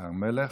הר מלך.